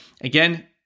again